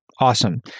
Awesome